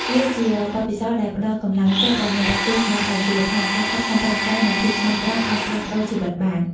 វាជាបទពិសោធដែលផ្ដល់កម្លាំងចិត្តដល់អ្នកទស្សនាឱ្យជឿថា ការខិតខំប្រឹងប្រែង និងភាពស្មោះត្រង់អាចផ្លាស់ប្ដូរជីវិតបាន។